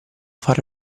fare